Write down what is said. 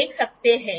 तो यह वहाँ है